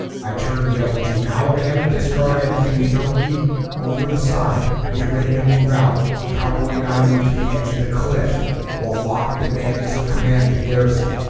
i turn and yell the team alabama discard everything we don't need over the side get ready to move out cowboy and i move to the edge of the cliff while lock demands commands the garrison